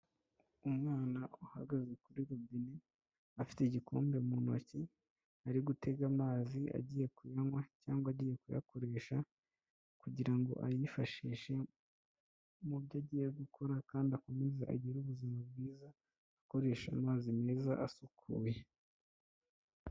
Umwana uhagaze kuri robine afite igikombe mu ntoki ari gutega amazi agiye kuyanywa cyangwa agiye kuyakoresha kugira ngo ayifashishe mu byo agiye gukora kandi akomeze agire ubuzima bwiza akoresha amazi meza asukuye.